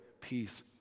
peace